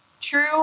true